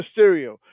Mysterio